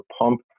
Pump